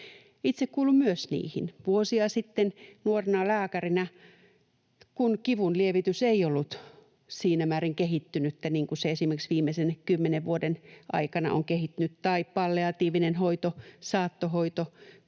Itse kuulun myös heihin. Vuosia sitten nuorena lääkärinä, kun kivunlievitys ei ollut siinä määrin kehittynyttä kuin se esimerkiksi viimeisen kymmenen vuoden aikana on kehittynyt, tai palliatiivinen hoito, saattohoito,